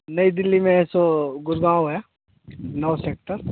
नई दिल्ली में सो गुड़गाँव है नौ सेक्टर